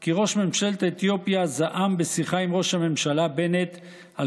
כי ראש ממשלת אתיופיה זעם בשיחה עם ראש הממשלה בנט על